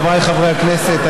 חבריי חברי הכנסת,